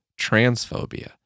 transphobia